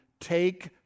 take